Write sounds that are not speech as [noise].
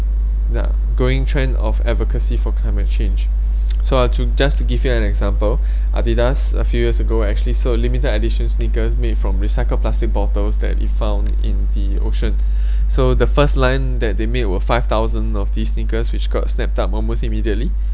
ya growing trend of advocacy for climate change [breath] so I to just give you an example [breath] adidas a few years ago actually sold limited edition sneakers made from recycled plastic bottles that been found in the ocean [breath] and so the first line that they made were five thousand of these sneakers which got snapped up almost immediately